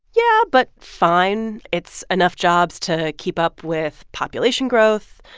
yeah, but fine. it's enough jobs to keep up with population growth.